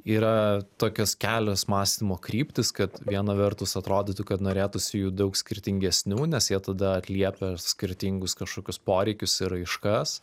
yra tokios kelios mąstymo kryptys kad viena vertus atrodytų kad norėtųsi jų daug skirtingesnių nes jie tada atliepia skirtingus kažkokius poreikius ir raiškas